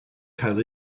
cael